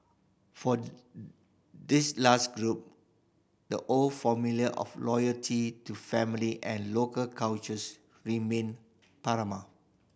for this last group the old formula of loyalty to family and local cultures remained paramount